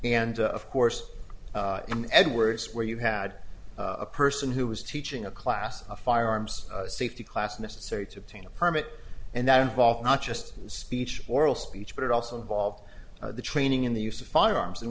and of course in edwards where you had a person who was teaching a class a firearms safety class necessary to obtain a permit and that involves not just speech oral speech but it also involved the training in the use of firearms and